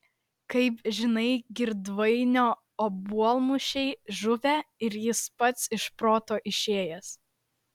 kaip žinai girdvainio obuolmušiai žuvę ir jis pats iš proto išėjęs